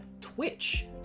Twitch